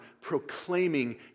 proclaiming